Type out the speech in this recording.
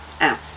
out